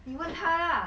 你问她 lah